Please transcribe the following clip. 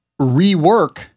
rework